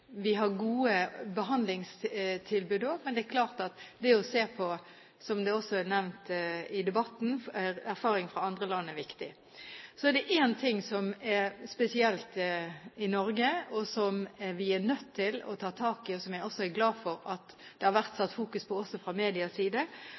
Vi har gode behandlingstilbud også, men, som det også er nevnt i debatten, er det klart at det er viktig å se på erfaringer fra andre land. Så er det én ting som er spesielt i Norge, og som vi er nødt til å ta tak i – jeg er glad for at det også har vært